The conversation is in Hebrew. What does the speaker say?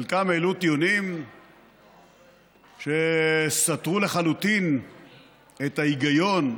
חלקם העלו טיעונים שסתרו לחלוטין את ההיגיון,